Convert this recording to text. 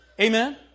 Amen